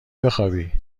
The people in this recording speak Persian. بخوابی